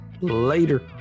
Later